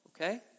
Okay